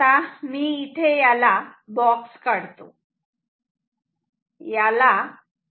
म्हणून मी इथे याला बॉक्स काढतो